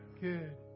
good